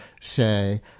say